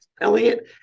Elliot